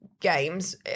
games